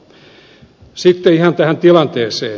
sitten ihan tähän tilanteeseen